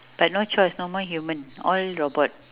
but no choice no more human all robot